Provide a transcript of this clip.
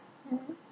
mmhmm